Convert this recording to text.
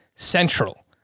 Central